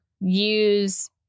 use